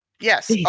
Yes